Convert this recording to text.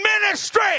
ministry